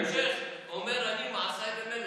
ההמשך אומר: "אמר אני מעשי למלך".